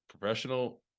Professional